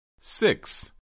Six